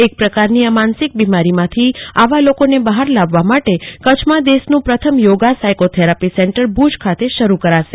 એક પ્રકારની આ માનસિક બિમારીમાંથી આવા લોકોને બહાર લાવવા માટે કચ્છમાં દેશનું પ્રથમ યોગા સાઈકોથેરાપી સેન્ટર ભુજમાં શરૂ કરાશે